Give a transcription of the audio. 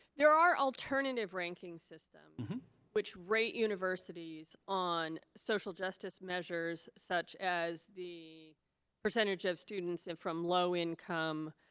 there are alternative ranking systems which rate universities on social justice measures such as the percentage of students from low income